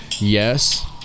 Yes